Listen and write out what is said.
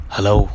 Hello